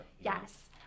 Yes